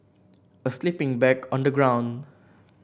a sleeping bag on the ground